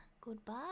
Goodbye